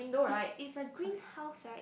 is it's a green house right